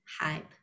hype